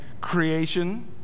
creation